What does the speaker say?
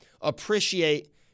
Appreciate